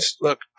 Look